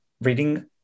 reading